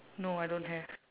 no I don't have